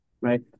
right